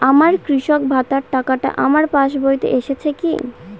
আমার কৃষক ভাতার টাকাটা আমার পাসবইতে এসেছে কি?